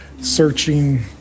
searching